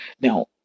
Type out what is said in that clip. Now